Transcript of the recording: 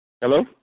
Hello